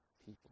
people